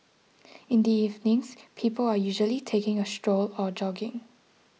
in the evenings people are usually taking a stroll or jogging